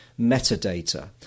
metadata